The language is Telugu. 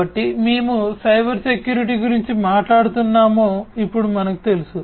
కాబట్టి మేము సైబర్ సెక్యూరిటీ గురించి మాట్లాడుతున్నామో ఇప్పుడు మనకు తెలుసు